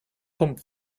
pump